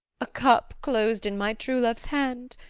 a cup, clos'd in my true love's hand?